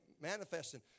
manifesting